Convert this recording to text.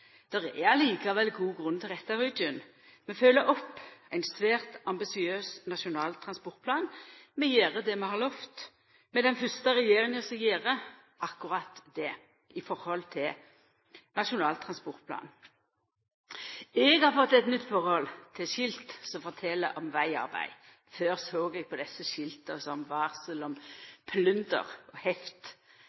Det er likevel god grunn til å retta ryggen. Vi følgjer opp ein svært ambisiøs nasjonal transportplan. Vi gjer det vi har lovt. Vi er den fyrste regjeringa som gjer akkurat det i forhold til Nasjonal transportplan. Eg har fått eit nytt forhold til skilt som fortel om vegarbeid. Før såg eg på desse skilta som varsel om plunder og heft.